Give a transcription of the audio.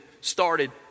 started